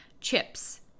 chips